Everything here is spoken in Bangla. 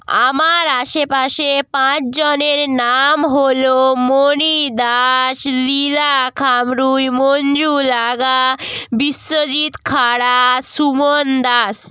আমার আশেপাশে পাঁচজনের নাম হলো মণি দাস লীলা খামরুই মঞ্জু লাগা বিশ্বজিৎ খাড়া সুমন দাস